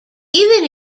even